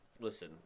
Listen